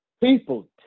People